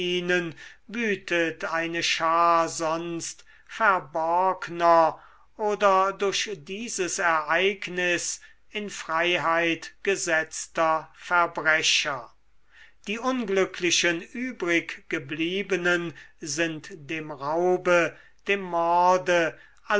eine schar sonst verborgner oder durch dieses ereignis in freiheit gesetzter verbrecher die unglücklichen übriggebliebenen sind dem raube dem morde